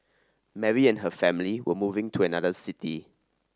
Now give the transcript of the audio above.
Mary and her family were moving to another city